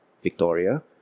Victoria